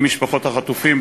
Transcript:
עם משפחות החטופים,